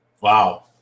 Wow